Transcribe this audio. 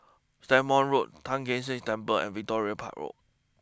Stagmont Road Tai Kak Seah Temple and Victoria Park Road